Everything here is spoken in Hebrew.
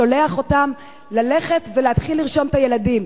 שולח אותם ללכת ולהתחיל לרשום את הילדים.